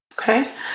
Okay